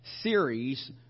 series